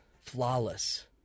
flawless